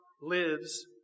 lives